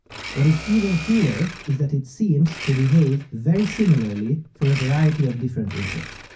what is even cooler is that it seems to behave very similarly for a variety of different inputs.